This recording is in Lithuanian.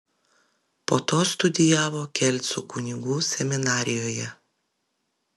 po to studijavo kelcų kunigų seminarijoje